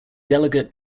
delegate